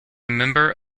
member